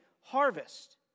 harvest